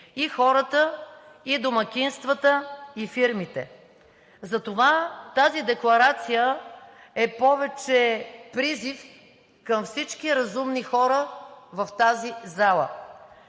и хората, и домакинствата, и фирмите. Затова тази декларация е повече призив към всички разумни хора в тази зала.